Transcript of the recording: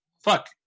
Fuck